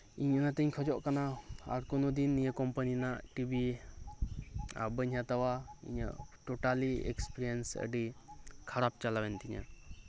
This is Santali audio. ᱤᱧ ᱚᱱᱟᱛᱤᱧ ᱠᱷᱚᱡᱚᱜ ᱠᱟᱱᱟ ᱟᱨ ᱠᱚᱱᱚᱫᱤᱱ ᱱᱤᱭᱟᱹ ᱠᱚᱢᱯᱟᱱᱤ ᱨᱮᱭᱟᱜ ᱴᱤᱵᱷᱤ ᱟᱨ ᱵᱟᱹᱧ ᱦᱟᱛᱟᱣᱟ ᱤᱧᱟᱹᱜ ᱴᱚᱴᱟᱞᱤ ᱮᱠᱥᱯᱨᱤᱭᱮᱱᱥ ᱟᱹᱰᱤ ᱠᱷᱟᱨᱟᱯ ᱪᱟᱞᱟᱣᱮᱱ ᱛᱤᱧᱟᱹ